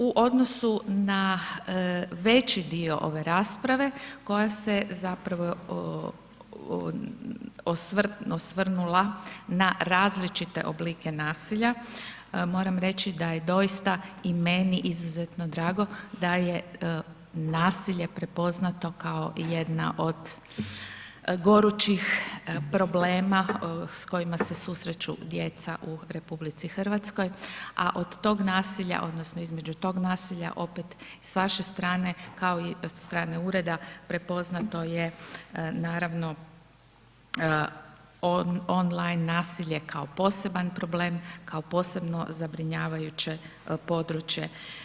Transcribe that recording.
U odnosu na veći dio ove rasprave koja se zapravo osvrnula na različite oblike nasilja, moram reći da je doista i meni izuzetno drago da je nasilje prepoznato kao jedna od gorućih problema s kojima se susreću djeca u RH a od tog nasilja odnosno između tog nasilja opet s vaše strane kao i od strane ureda, prepoznato je naravno online nasilje kao poseban problem, kao posebno zabrinjavajuće područje.